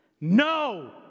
No